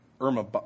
Irma